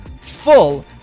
full